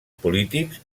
polítics